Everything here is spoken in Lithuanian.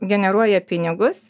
generuoja pinigus